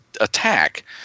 attack